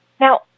Now